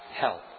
help